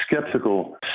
skeptical